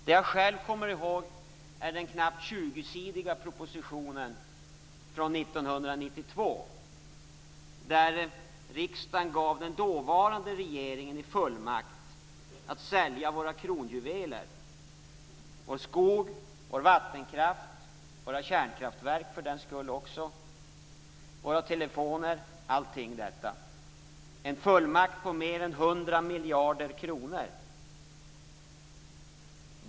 Det jag själv kommer ihåg är den knappt 20-sidiga proposition från 1992 där det föreslogs att riksdagen skulle ge den dåvarande regeringen en fullmakt att sälja våra kronjuveler - vår skog, vår vattenkraft, våra kärnkraftverk och våra telefoner. Det var en fullmakt som var värd mer än 100 miljarder kronor.